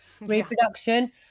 reproduction